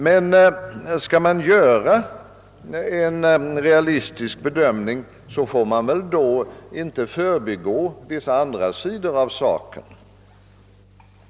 Men skall man göra en realistisk bedömning får man inte förbigå vissa andra sidor av saken.